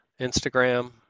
Instagram